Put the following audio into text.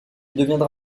deviendra